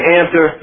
answer